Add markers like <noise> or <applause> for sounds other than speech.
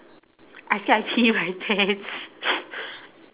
I scared I pee my pants <breath>